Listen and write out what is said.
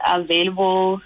available